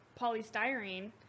polystyrene